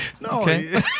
No